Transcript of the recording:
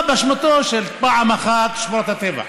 זה בא באשמה של, פעם אחת שמורות הטבע,